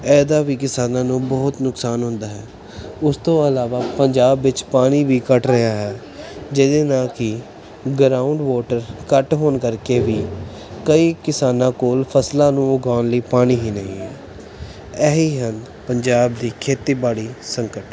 ਇਹਦਾ ਵੀ ਕਿਸਾਨਾਂ ਨੂੰ ਬਹੁਤ ਨੁਕਸਾਨ ਹੁੰਦਾ ਹੈ ਉਸ ਤੋਂ ਇਲਾਵਾ ਪੰਜਾਬ ਵਿੱਚ ਪਾਣੀ ਵੀ ਘੱਟ ਰਿਹਾ ਹੈ ਜਿਹਦੇ ਨਾਲ ਕਿ ਗਰਾਉਂਡ ਵੋਟਰ ਘੱਟ ਹੋਣ ਕਰਕੇ ਵੀ ਕਈ ਕਿਸਾਨਾਂ ਕੋਲ ਫਸਲਾਂ ਨੂੰ ਉਗਾਉਣ ਲਈ ਪਾਣੀ ਹੀ ਨਹੀਂ ਹੈ ਇਹੀ ਹਨ ਪੰਜਾਬ ਦੇ ਖੇਤੀਬਾੜੀ ਸੰਕਟ